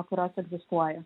kurios egzistuoja